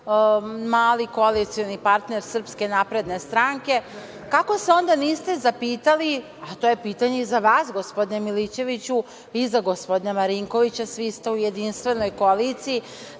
mali koalicioni partner SNS, kako se onda niste zapitali, a to je pitanje i za vas gospodine Milićeviću i za gospodina Marinkovića, svi ste u jedinstvenoj koaliciji,